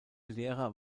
lehrer